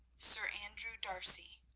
sir andrew d'arcy.